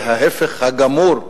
זה ההיפך הגמור,